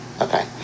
Okay